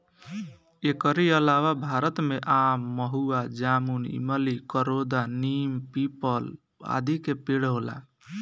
एकरी अलावा भारत में आम, महुआ, जामुन, इमली, करोंदा, नीम, पीपल, आदि के पेड़ होला